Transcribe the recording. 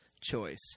choice